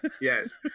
Yes